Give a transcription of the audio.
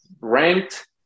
ranked